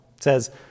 says